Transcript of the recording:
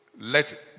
Let